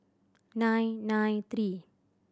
nine nine three